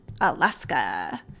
Alaska